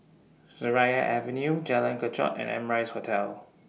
Seraya Avenue Jalan Kechot and Amrise Hotel